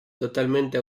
totalmente